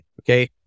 Okay